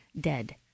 dead